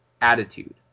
attitude